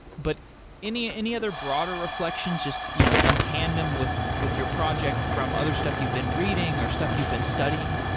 but any any other broader reflections just you know in tandem with with your project, from other stuff you've been reading, or stuff you've been studying?